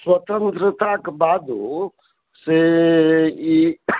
स्वतंत्रताके बादो से ई